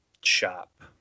shop